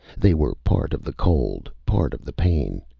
they were part of the cold, part of the pain.